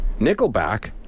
Nickelback